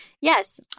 Yes